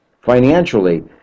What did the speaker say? financially